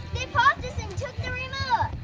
they paused us and took the remote.